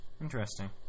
Interesting